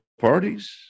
parties